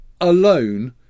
alone